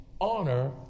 honor